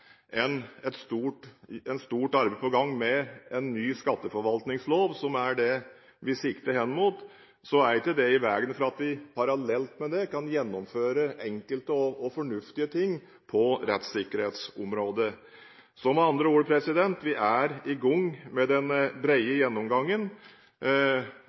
en grundig og god måte. Så er det nevnt av saksordføreren at det at vi nå har et stort arbeid på gang med en ny skatteforvaltningslov, som er det vi sikter mot, ikke står i veien for at vi parallelt med det kan gjennomføre enkelte og fornuftige ting på rettssikkerhetsområdet. Med andre ord, vi er i gang med den